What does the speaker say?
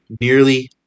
nearly